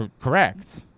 correct